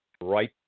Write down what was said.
right